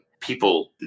People